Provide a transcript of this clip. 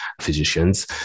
physicians